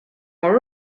more